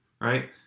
right